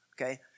Okay